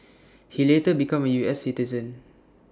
he later became A U S citizen